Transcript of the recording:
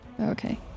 Okay